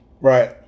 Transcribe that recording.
right